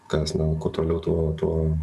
kas na kuo toliau tuo tuo